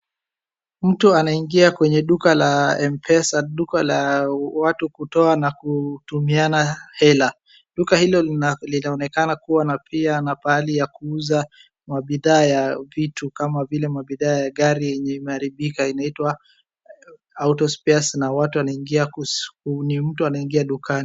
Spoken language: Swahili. Mtu anaingia kwenye duka la M-pesa. Duka la watu kutoa na kutumiana hela. Duka hilo linaonekana kuwa na pia na pahali ya kuuza mabidhaa ya vitu kama vile mabidhaa ya gari yenye imeharibika inaitwa auto spares na watu wanaingia ku, ni mtu anaingia dukani.